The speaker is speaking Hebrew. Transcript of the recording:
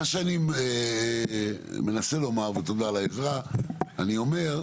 מה שאני מנסה לומר, ותודה על העזרה, אני אומר,